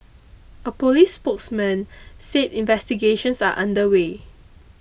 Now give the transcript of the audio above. a police spokesman said investigations are under way